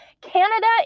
Canada